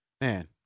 man